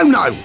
no